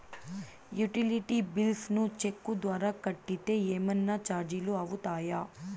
Utility bills ను cheque ద్వారా కట్టితే ఏమన్నా చార్జీలు అవుతాయా?